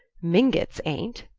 mingotts ain't.